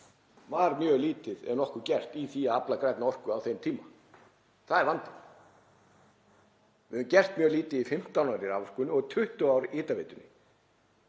var mjög lítið ef nokkuð gert í því að afla grænnar orku á þeim tíma. Það er vandinn. Við höfum gert mjög lítið í 15 ár í raforkunni og í 20 ár í hitaveitunni.